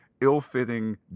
ill-fitting